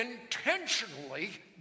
intentionally